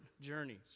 journeys